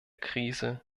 krise